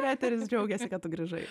eteris džiaugiasi kad tu grįžai